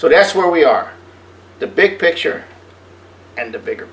so that's where we are the big picture and the bigger